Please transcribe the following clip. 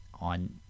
on